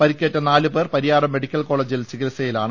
പ രിക്കേറ്റ നാല് പേർ പരിയാരം മെഡിക്കൽ കോളജിൽ ചികിത്സയിലാണ്